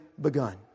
begun